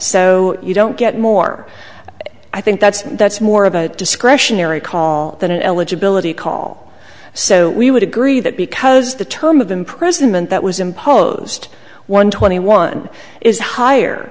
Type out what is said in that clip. so you don't get more i think that's that's more of a discretionary call than an eligibility call so we would agree that because the term of imprisonment that was imposed one twenty one is higher